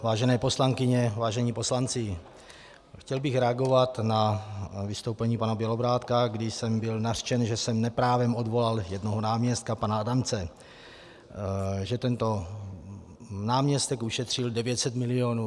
Vážené poslankyně, vážení poslanci, chtěl bych reagovat na vystoupení pana Bělobrádka, když jsem byl nařčen, že jsem neprávem odvolal jednoho náměstka, pana Adamce, že tento náměstek ušetřil 900 milionů.